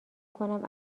کنم